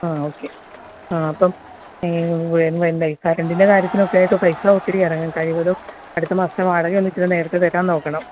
ആ ഓക്കേ ആ അപ്പം എന്തായി കരണ്ടിൻ്റെ കാര്യത്തിനൊക്കായിട്ട് പൈസ ഒത്തിരി ഇറങ്ങും കഴിവതും അടുത്ത മാസത്തെ വാടകയൊന്ന് ഇച്ചിരി നേരത്തേ തരാൻ നോക്കണം